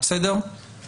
מדובר על שתי הוראות שעה,